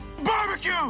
barbecue